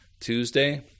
Tuesday